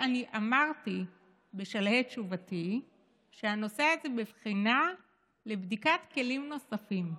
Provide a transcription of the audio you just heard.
אני אמרתי בשלהי תשובתי שהנושא הזה בבחינה לבדיקת כלים נוספים.